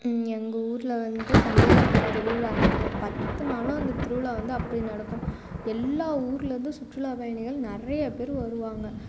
எங்கள் ஊரில் வந்து சந்தியாகப்பர் திருவிழா நடக்கும் பத்து நாளும் அந்த திருவிழா வந்து அப்படி நடக்கும் எல்லா ஊரில் இருந்தும் சுற்றுலா பயணிகள் நிறைய பேர் வருவாங்க